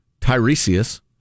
Tiresias